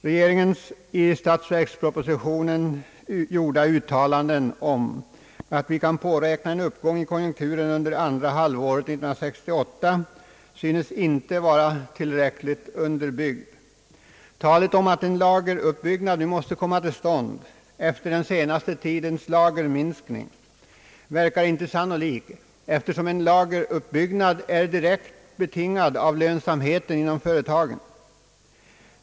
Regeringens i = statsverkspropositionen gjorda uttalanden om att vi kan påräkna en uppgång i konjunkturen under andra halvåret 1968 synes inte vara tillräckligt underbyggd. Talet om att en lageruppbyggnad nu måste komma till stånd efter den senaste tidens lagerminskning verkar inte sannolik, eftersom en lageruppbyggnad är direkt betingad av lönsamheten inom företagen.